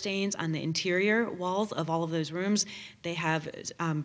stains on the interior walls of all of those rooms they have